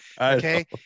Okay